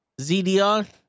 ZDR